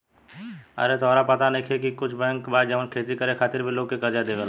आरे तोहरा पाता नइखे का की कुछ बैंक बा जवन खेती करे खातिर भी लोग के कर्जा देवेला